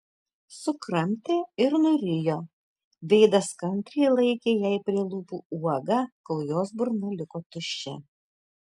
sukramtė ir nurijo veidas kantriai laikė jai prie lūpų uogą kol jos burna liko tuščia